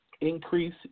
increase